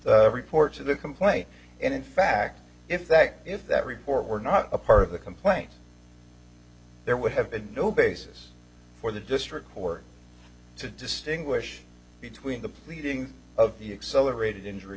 report to the complaint and in fact if that if that report were not a part of the complaint there would have been no basis for the district or to distinguish between the pleading of the accelerated injury